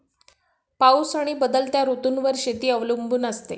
पाऊस आणि बदलत्या ऋतूंवर शेती अवलंबून असते